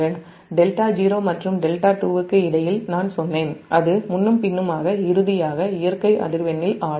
δ0 மற்றும் δ2க்கு இடையில் நான் சொன்னேன் அது முன்னும் பின்னுமாக இறுதியாக இயற்கை அதிர்வெண்ணில் ஆடும்